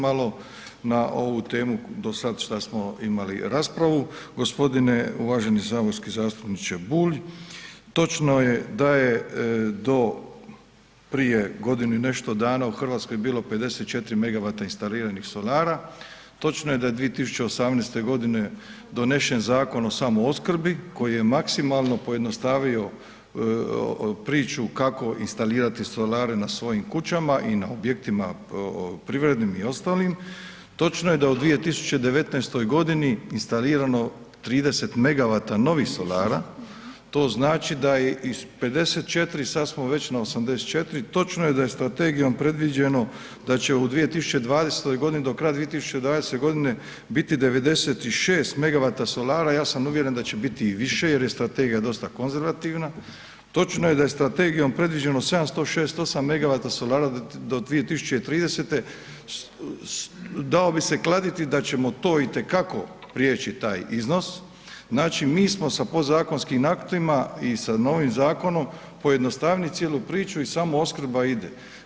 Malo na ovu temu do sad šta smo imali raspravu, g. uvaženi saborski zastupniče Bulj, točno je da je do prije godinu i nešto dana u Hrvatskoj bilo 54 megavata instaliranih solara, točno je da je 2018. g. donesen Zakon o samoopskrbi koji je maksimalno pojednostavio priču kako instalirati solare na svojim kućama i na objektima privrednim i ostalim, točno je da je u 2019. g. instalirano 30 megavata novih solara, to znači da iz 54, sad smo već na 84, točno je da je strategijom predviđeno da će u 2020. g., do kraja 2020. g. biti 96 megavata solara, ja sam uvjeren da će biti i više jer je strategija dosta konzervativna, točno je da je strategijom predviđeno 768 megavata solara do 2030., dao bi se kladiti da ćemo to itekako prijeći taj iznos, znači mi smo sa podzakonskim aktima i sa novim zakonom pojednostavili cijelu priču i samoopskrba ide.